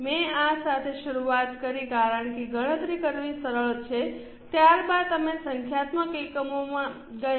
મેં આ સાથે શરૂઆત કરી કારણ કે ગણતરી કરવી સરળ છે ત્યારબાદ અમે સંખ્યાબંધ એકમોમાં ગયા